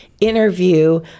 interview